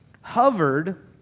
hovered